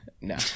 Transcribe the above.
no